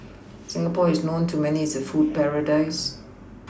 Singapore is known to many as a food paradise